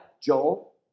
Joel